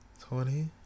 Twenty